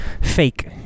fake